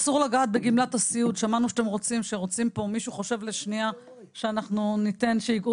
אסור לגעת בגמלת הסיעוד שאמרנו שמישהו חושב לשנייה שאנחנו ניתן שיגעו